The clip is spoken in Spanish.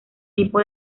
tipo